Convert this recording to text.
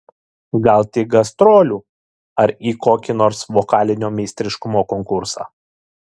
gal tik gastrolių ar į kokį nors vokalinio meistriškumo konkursą